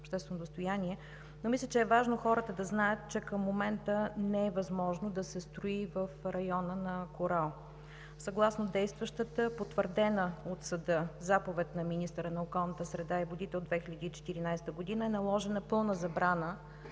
но мисля, че е важно хората да знаят, че към момента не е възможно да се строи в района на „Корал“. Съгласно действащата, потвърдена от съда, заповед на министъра на околната среда и водите от 2014 г. е наложена пълна забрана